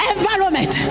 Environment